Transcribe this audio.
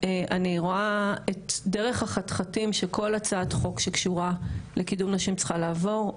אני רואה את דרך החתחתים שכל הצעת חוק שקשורה לקידום נשים צריכה לעבור,